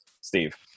Steve